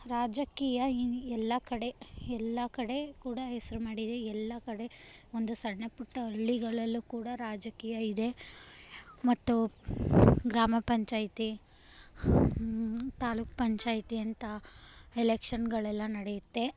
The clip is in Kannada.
ರಾಜಕೀಯ ಇನ್ನು ಎಲ್ಲ ಕಡೆ ಎಲ್ಲ ಕಡೆ ಕೂಡ ಹೆಸ್ರು ಮಾಡಿದೆ ಎಲ್ಲ ಕಡೆ ಒಂದು ಸಣ್ಣ ಪುಟ್ಟ ಹಳ್ಳಿಗಳಲ್ಲೂ ಕೂಡ ರಾಜಕೀಯ ಇದೆ ಮತ್ತು ಗ್ರಾಮ ಪಂಚಾಯಿತಿ ತಾಲ್ಲೂಕು ಪಂಚಾಯಿತಿ ಅಂತ ಎಲೆಕ್ಷನ್ಗಳೆಲ್ಲ ನಡೆಯುತ್ತೆ